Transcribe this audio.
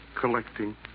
collecting